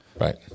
Right